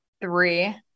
Three